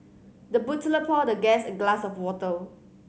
the butler poured the guest a glass of water